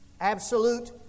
Absolute